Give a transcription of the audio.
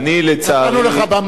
מעריך מאוד את, תודה רבה.